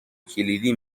کلیدی